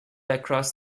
across